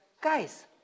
guys